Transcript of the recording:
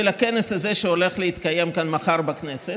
הכנס הזה שהולך להתקיים כאן מחר בכנסת,